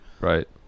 Right